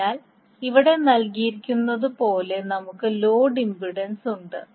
അതിനാൽ ഇവിടെ നൽകിയിരിക്കുന്നതുപോലെ നമുക്ക് ലോഡ് ഇംപിഡൻസ് ഉണ്ട്